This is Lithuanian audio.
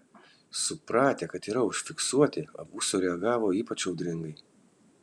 supratę kad yra užfiksuoti abu sureagavo ypač audringai